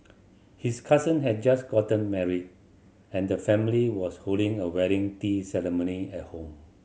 his cousin had just gotten married and the family was holding a wedding tea ceremony at home